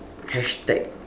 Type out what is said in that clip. hashtag